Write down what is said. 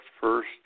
first